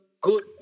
good